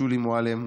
שולי מועלם,